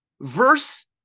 verse